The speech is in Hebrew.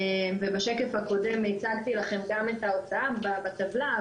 בשקף הקודם הצגתי לכם גם את צד ההוצאה בטבלה,